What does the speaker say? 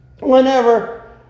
Whenever